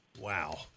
Wow